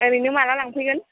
ओरैनो माला लांफैगोन